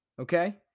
Okay